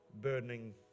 burdening